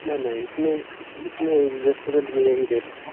न न इसमें इसमें रेस्टोरेंट में यही रेट है